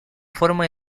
forma